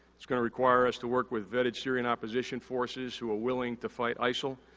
it's gonna require us to work with vetted syrian opposition forces who are willing to fight isil.